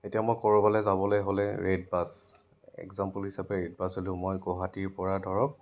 এতিয়া মই ক'ৰবালৈ যাবলৈ হ'লে ৰেডবাছ এগজামপোল হিচাপে ৰেডবাছ হ'লেও মই গুৱাহাটীৰপৰা ধৰক